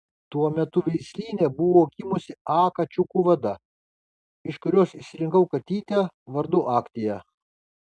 tuo metu veislyne buvo gimusi a kačiukų vada iš kurios išsirinkau katytę vardu aktia